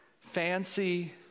fancy